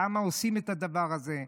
למה עושים את הדבר הזה,